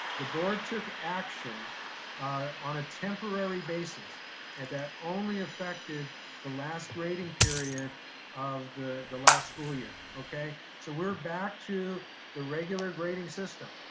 the board took action on a temporary basis and that only effected the last grading period of the the last school year. okay? so we're back to the regular grading system.